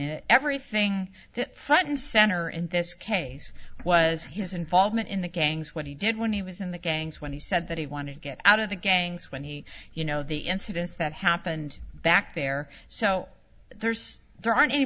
in everything front and center in this case was his involvement in the gangs what he did when he was in the gangs when he said that he wanted to get out of the gangs when he you know the incidents that happened back there so there's there aren't any